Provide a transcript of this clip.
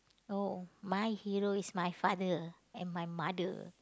oh my hero is my father and my mother